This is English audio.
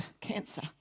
cancer